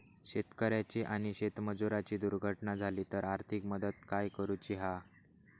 शेतकऱ्याची आणि शेतमजुराची दुर्घटना झाली तर आर्थिक मदत काय करूची हा?